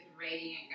Radiant